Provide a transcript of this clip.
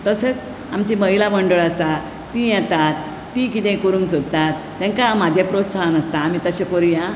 तशेंच आमची महिला मंडळ आसात ती येतात ती ती कितें करूंक सोदतात तांकां म्हजें प्रोत्साहन आसता आमी तशें करुया हां